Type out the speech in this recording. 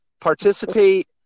participate